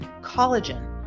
Collagen